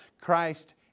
Christ